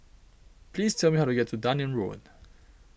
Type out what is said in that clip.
please tell me how to get to Dunearn Road